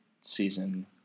season